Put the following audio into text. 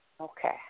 Okay